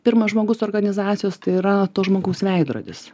pirmas žmogus organizacijos tai yra to žmogaus veidrodis